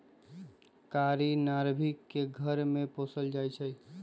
कारी नार्भिक के घर में पोशाल जाइ छइ